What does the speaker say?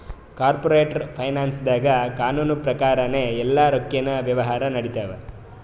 corporate ಫೈನಾನ್ಸ್ದಾಗ್ ಕಾನೂನ್ ಪ್ರಕಾರನೇ ಎಲ್ಲಾ ರೊಕ್ಕಿನ್ ವ್ಯವಹಾರ್ ನಡಿತ್ತವ